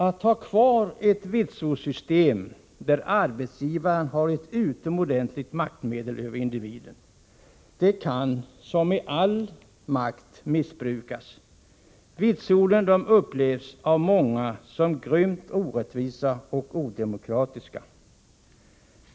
Ett vitsordssystem där arbetsgivaren har ett utomordentligt maktmedel över individen kan som all makt missbrukas. Vitsorden upplevs av många som grymt orättvisa och odemokratiska.